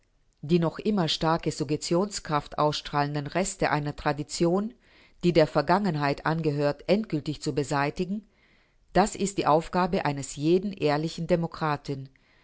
die noch immer starke suggestionskraft ausstrahlenden reste einer tradition die der vergangenheit angehört endgültig zu beseitigen das ist die aufgabe eines jeden ehrlichen demokraten